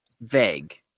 vague